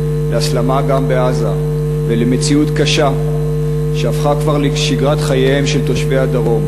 להסלמה גם בעזה ולמציאות קשה שהפכה כבר לשגרת חייהם של תושבי הדרום.